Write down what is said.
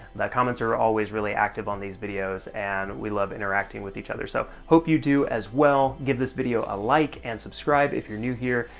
the comments are always really active on these videos, and we love interacting with each other, so hope you do, as well. give this video a like, and subscribe if you're new here.